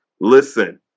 listen